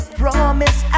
promise